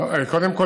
קודם כול,